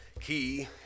key